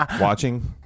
watching